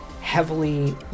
heavily